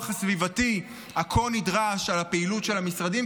הסביבתי הכה-נדרש על הפעילות של המשרדים,